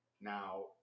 Now